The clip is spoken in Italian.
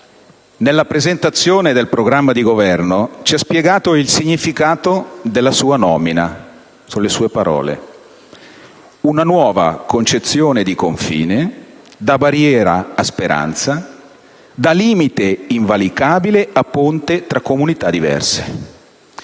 nella presentazione del programma di Governo, ci ha spiegato il significato della sua nomina. Sono le sue parole: «Una nuova concezione di confine, da barriera a speranza, da limite invalicabile a ponte tra comunità diverse».